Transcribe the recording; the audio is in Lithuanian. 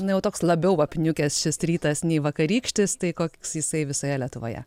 na jau toks labiau apniukęs šis rytas nei vakarykštis tai koks jisai visoje lietuvoje